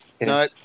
No